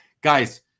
guys